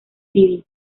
city